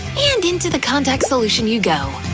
and into the contact solution you go!